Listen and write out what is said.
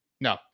no